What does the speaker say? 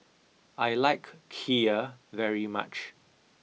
I like Kheer very much